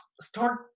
start